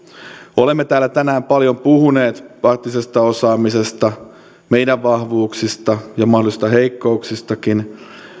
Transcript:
olemme täällä tänään paljon puhuneet arktisesta osaamisesta meidän vahvuuksista ja mahdollisista heikkouksistakin